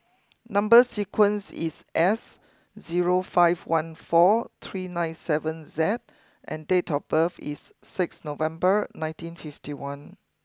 number sequence is S zero five one four three nine seven Z and date of birth is six November nineteen fifty one